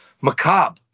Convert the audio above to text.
macabre